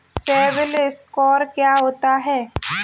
CIBIL score क्या होता है?